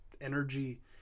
energy